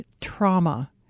trauma